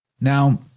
Now